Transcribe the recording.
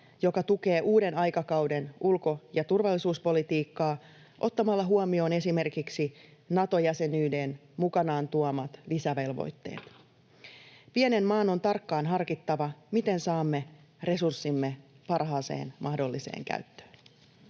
joka tukee uuden aikakauden ulko- ja turvallisuuspolitiikkaa ottamalla huomioon esimerkiksi Nato-jäsenyyden mukanaan tuomat lisävelvoitteet. Pienen maan on tarkkaan harkittava, miten saamme resurssimme parhaaseen mahdolliseen käyttöön.